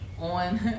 on